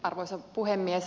arvoisa puhemies